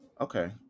Okay